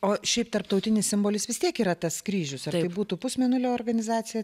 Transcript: o šiaip tarptautinis simbolis vis tiek yra tas kryžius ar tai būtų pusmėnulio organizacija